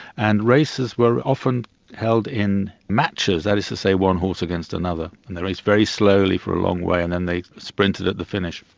and races were often held in matches, that is to say, one horse against another. and they raced very slowly for a long way and then they sprinted at the finish.